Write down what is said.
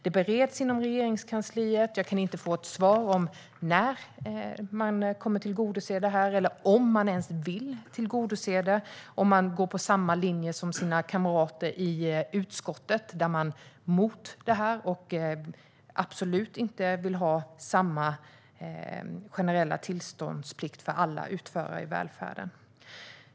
Det bereds inom Regeringskansliet. Jag kan inte få något svar om när man - eller om man ens vill - kommer att tillgodose detta. Om man går på samma linje som sina kamrater i utskottet. Där är man emot detta, och man vill absolut inte ha samma generella tillståndsplikt för alla utförare i välfärden.